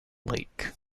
lake